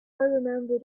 remembered